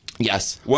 Yes